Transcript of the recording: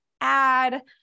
add